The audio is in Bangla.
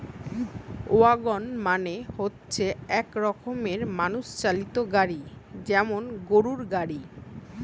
ওয়াগন মানে হচ্ছে এক রকমের মানুষ চালিত গাড়ি যেমন গরুর গাড়ি